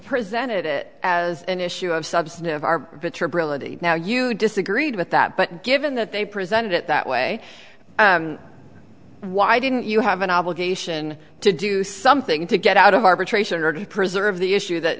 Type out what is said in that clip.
presented it as an issue of substantive arbiter brevity now you disagreed with that but given that they presented it that way why didn't you have an obligation to do something to get out of arbitration or to preserve the issue